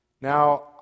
Now